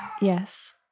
Yes